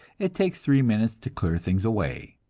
it takes three minutes to clear things away.